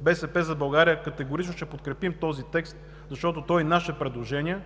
„БСП за България“ категорично ще подкрепи този текст, защото то е и наше предложение,